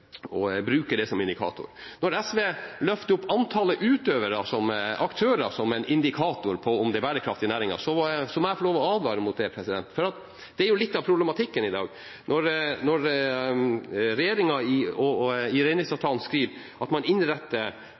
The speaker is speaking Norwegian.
det som indikator. Når SV løfter opp antallet aktører som en indikator på om det er bærekraft i næringen, må jeg få lov til å advare mot det. Det er noe av problematikken i dag. Når regjeringen i reindriftsavtalen skriver at man legger til rette for dem som har reindrift som hovedvirksomhet, er det viktig – og det er komiteen helt enig i at man